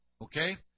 okay